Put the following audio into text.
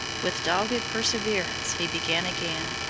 with dogged perseverance he began again,